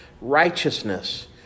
righteousness